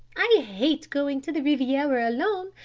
i hate going to the riviera alone,